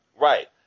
right